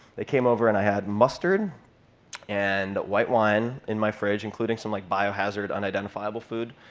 they came over, and i had mustard and white wine in my fridge, including some, like, biohazard unidentifiable food.